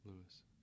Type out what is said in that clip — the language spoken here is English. Lewis